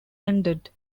ended